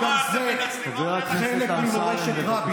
וגם זה חלק ממורשת רבין,